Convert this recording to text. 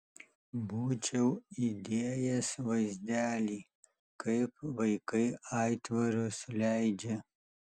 būčiau įdėjęs vaizdelį kaip vaikai aitvarus leidžia